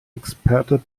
experte